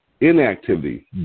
inactivity